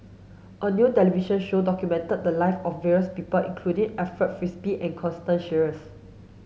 a new television show documented the live of various people including Alfred Frisby and Constance Sheares